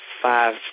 Five